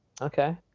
Okay